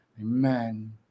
Amen